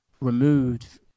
removed